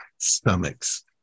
stomachs